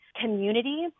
community